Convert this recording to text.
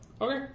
okay